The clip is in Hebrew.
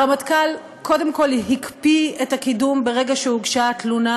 הרמטכ"ל קודם כול הקפיא את הקידום ברגע שהוגשה התלונה,